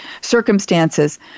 circumstances